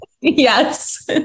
Yes